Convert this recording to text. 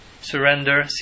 surrender